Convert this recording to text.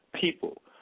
People